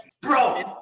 Bro